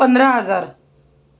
पंधरा हजार